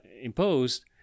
imposed